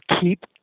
keep